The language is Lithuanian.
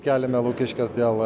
keliame lukiškes dėl